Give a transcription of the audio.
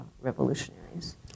revolutionaries